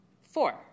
four